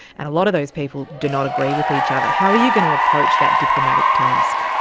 and a lot of those people do not agree with each other. how are you going to approach that diplomatic task?